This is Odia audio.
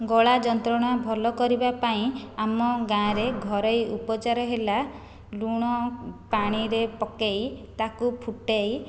ଗଳା ଯନ୍ତ୍ରଣା ଭଲ କରିବାପାଇଁ ଆମ ଗାଁରେ ଘରୋଇ ଉପଚାର ହେଲା ଲୁଣ ପାଣିରେ ପକାଇ ତାକୁ ଫୁଟାଇ